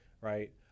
right